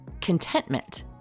contentment